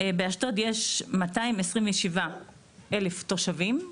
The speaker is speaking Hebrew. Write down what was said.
באשדוד יש 227,000 תושבים,